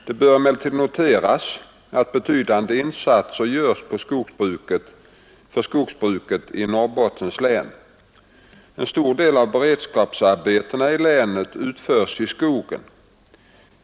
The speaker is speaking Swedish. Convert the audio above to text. Det bör emellertid noteras att betydande insatser görs för skogsbruket i Norrbottens län. En stor del av beredskapsarbetena i länet utförs i skogen.